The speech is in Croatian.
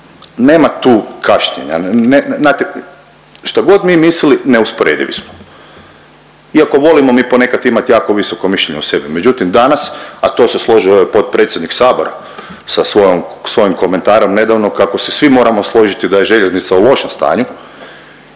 nema tu kašnjenja, znate, šta god mi mislili, neusporedivi smo. Iako volimo mi ponekad imat jako visoko mišljenje o sebi, međutim, danas, a to se i složio i ovaj potpredsjednik Sabora sa svojim komentarom nedavno kako se svi moramo složiti da je željeznica u lošem stanju,